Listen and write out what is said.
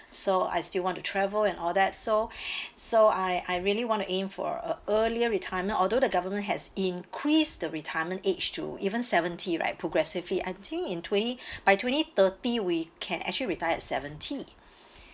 so I still want to travel and all that so so I I really want to aim for a earlier retirement although the government has increased the retirement age to even seventy right progressively I think in twenty by twenty thirty we can actually retire seventy